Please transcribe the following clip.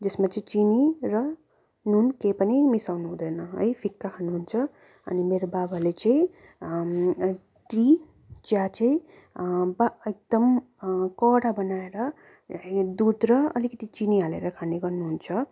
जसमा चाहिँ चिनी र नुन केही पनि मिसाउनु हुँदैन है फिका खानुहुन्छ अनि मेरो बाबाले चाहिँ टी चिया चाहिँ वा एकदम कडा बनाएर दुध र अलिकति चिनी हालेर खाने गर्नुहुन्छ